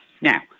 Now